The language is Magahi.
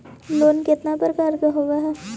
लोन केतना प्रकार के होव हइ?